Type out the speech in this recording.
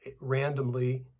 randomly